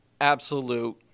Absolute